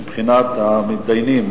מבחינת המתדיינים,